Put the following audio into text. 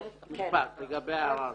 --- משפט לגבי ההערה הזאת.